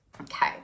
Okay